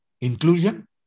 inclusion